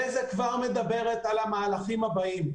בזק כבר מדברת על המהלכים הבאים,